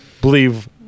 Believe